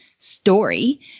story